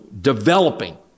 developing